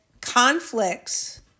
conflicts